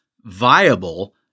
viable